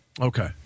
okay